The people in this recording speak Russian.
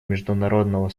международного